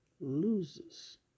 loses